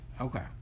Okay